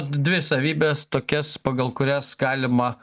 dvi savybes tokias pagal kurias galima